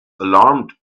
alarmed